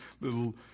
little